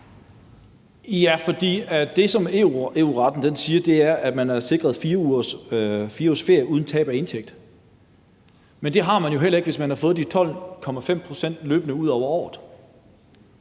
(NB): Det, som EU-retten siger, er, at man er sikret 4 ugers ferie uden tab af indtægt. Men det har man jo heller ikke, hvis man har fået de 12,5 pct. løbende igennem året.